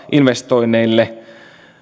investoinneille